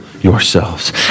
yourselves